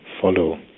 follow